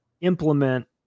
implement